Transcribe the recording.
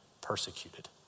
persecuted